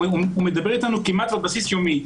הוא מדבר איתנו כמעט על בסיס יומי,